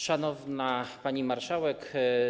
Szanowna Pani Marszałek!